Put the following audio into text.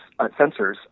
sensors